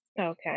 Okay